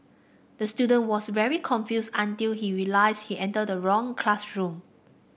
the student was very confused until he realised he entered the wrong classroom